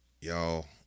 y'all